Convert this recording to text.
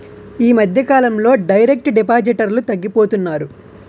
ఈ మధ్యకాలంలో డైరెక్ట్ డిపాజిటర్లు తగ్గిపోతున్నారు